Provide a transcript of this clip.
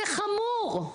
זה חמור,